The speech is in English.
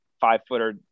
five-footer